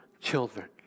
children